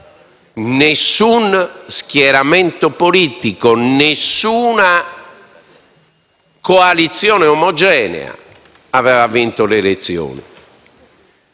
nessuno schieramento politico, nessuna coalizione omogenea aveva vinto le elezioni.